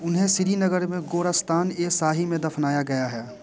उन्हें श्रीनगर में गोरस्तान ए शाही में दफनाया गया है